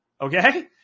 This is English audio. okay